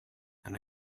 and